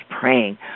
praying